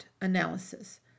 analysis